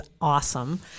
awesome